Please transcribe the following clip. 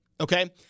okay